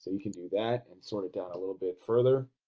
you can do that and sort it down a little bit further.